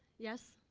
yes?